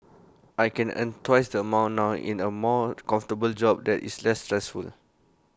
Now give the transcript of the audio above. I can earn twice the amount now in A more comfortable job that is less stressful